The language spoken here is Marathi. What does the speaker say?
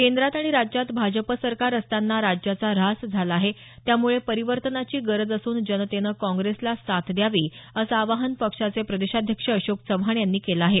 केंद्रात आणि राज्यात भाजप सरकार असतांना राज्याचा ऱ्हास झाला आहे त्यामुळे परिवर्तनाची गरज असून जनतेनं काँग्रेसला साथ द्यावी असं आवाहन पक्षाचे प्रदेशाध्यक्ष अशोक चव्हाण यांनी केलं आहे